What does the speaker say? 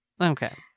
Okay